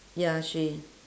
ya she